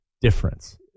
difference